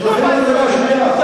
אזרחים מדרגה שנייה,